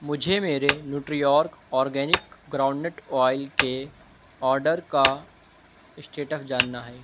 مجھے میرے نیوٹری آرگ آرگینک گراؤنڈ نٹ آئل کے آڈر کا اسٹیٹس جاننا ہے